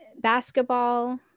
basketball